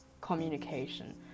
communication